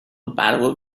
battle